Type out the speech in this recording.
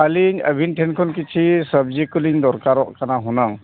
ᱟᱹᱞᱤᱧ ᱟᱹᱵᱤᱱ ᱴᱷᱮᱱ ᱠᱷᱚᱱ ᱠᱤᱪᱷᱤ ᱥᱚᱵᱽᱡᱤ ᱠᱚᱞᱤᱧ ᱫᱚᱨᱠᱟᱨᱚᱜ ᱠᱟᱱᱟ ᱦᱩᱱᱟᱹᱝ